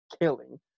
killing